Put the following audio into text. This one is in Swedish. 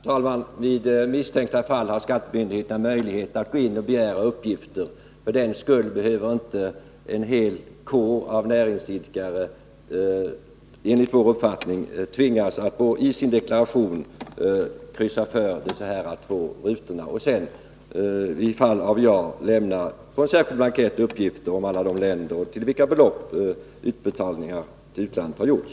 Herr talman! Vid misstänkta fall har skattemyndigheterna möjlighet att begära in uppgifter. För den skull behöver inte en hel kår av näringsidkare enligt vår uppfattning tvingas att kryssa för rutor i sin deklaration och i fall av ja lämna uppgift på särskild blankett om alla länder och med vilka belopp utbetalningar till utlandet har gjorts.